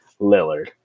Lillard